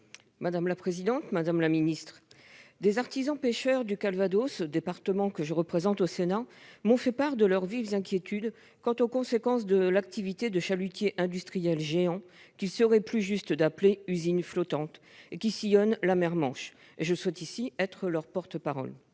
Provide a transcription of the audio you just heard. de l'agriculture et de l'alimentation. Des artisans pêcheurs du Calvados, département que je représente au Sénat, m'ont fait part de leurs vives inquiétudes quant aux conséquences de l'activité de chalutiers industriels géants, qu'il serait plus juste d'appeler « usines flottantes », qui sillonnent la Manche. Je souhaite ici être leur porte-parole.